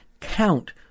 count